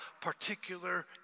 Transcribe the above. particular